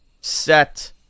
set